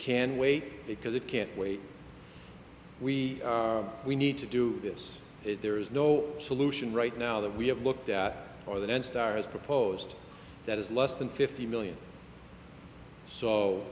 can wait because it can't wait we we need to do this there is no solution right now that we have looked at more than any stars proposed that is less than fifty million so